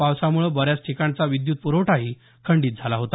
पावसामुळं बऱ्याच ठिकाणाचा विद्युत प्रवठाही खंडीत झाला होता